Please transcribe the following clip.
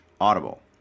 Audible